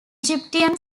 egyptian